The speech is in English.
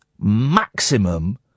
maximum